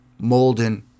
Molden